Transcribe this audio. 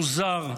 מוזר,